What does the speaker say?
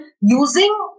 using